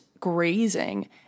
Grazing